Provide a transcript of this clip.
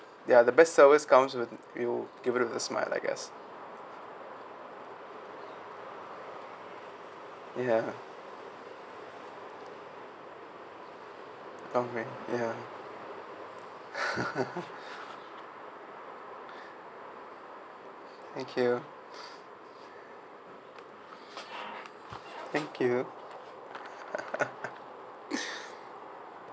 ya the best service comes with you give them your smile I guess ya oh man ya thank you thank you